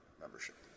membership